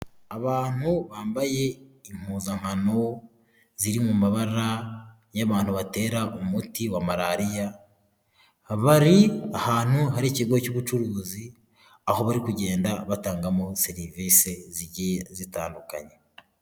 Abantu bambaye impuzankano ziri mu mabara y'abantu batera umuti wa malariya, bari ahantu hari ikigo cy'ubucuruzi, aho bari kugenda batangamo serivise zigiye zitandukanye.